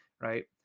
right